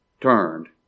turned